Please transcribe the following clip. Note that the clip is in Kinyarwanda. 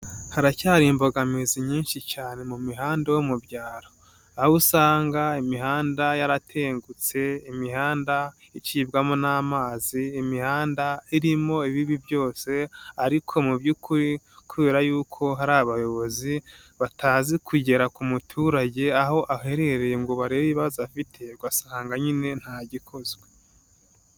Haracyari imbogamizi nyinshi cyane mu mihanda yo mu byaro, aho usanga imihanda yaratengutse imihanda icibwamo n'amazi, imihanda irimo ibibi byose ariko mu by'ukuri kubera yuko hari abayobozi batazi kugera ku muturage aho aherereye ngo barebe ibibazo afite basanga nyine ntagikozwe.